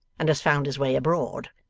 and has found his way abroad.